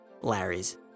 Larry's